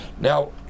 Now